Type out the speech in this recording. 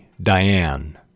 Diane